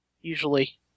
usually